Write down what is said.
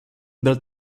byl